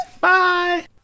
Bye